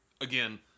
again